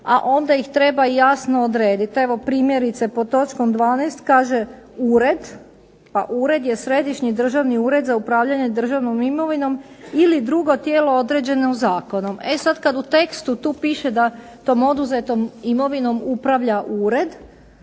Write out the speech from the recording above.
a onda ih treba jasno odrediti. Evo primjerice pod točkom 12. kaže ured, pa ured je Središnji državni ured za upravljanje državnom imovinom ili drugo tijelo određeno zakonom. E sad kad u tekstu tu piše da tom oduzetom imovinom upravlja ured,